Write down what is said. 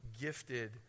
gifted